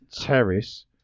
Terrace